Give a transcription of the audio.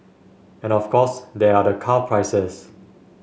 and of course there are the car prices